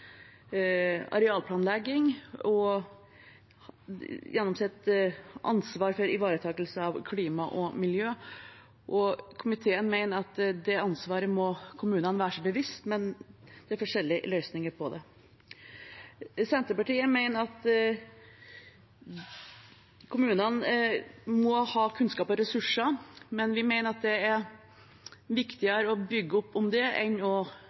arealplanlegging og gjennom sitt ansvar for ivaretakelse av klima og miljø. Komiteen mener at det ansvaret må kommunene være seg bevisst, men det er forskjellige løsninger på det. Senterpartiet mener at kommunene må ha kunnskap og ressurser, og vi mener at det er viktigere å bygge opp om det enn å